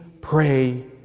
pray